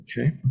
Okay